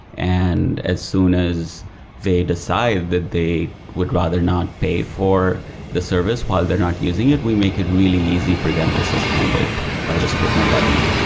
and as soon as they decide that they would rather not pay for the service while they're not using it, we make it really easy for them to suspend it by just clicking a button.